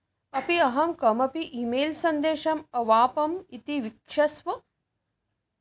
अपि अहं कमपि ई मेल् सन्देशम् अवापम् इति वीक्षस्व